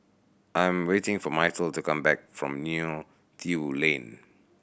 I am waiting for Myrtle to come back from Neo Tiew Lane